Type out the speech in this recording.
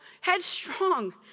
headstrong